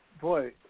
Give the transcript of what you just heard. Boy